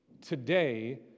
today